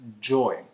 joy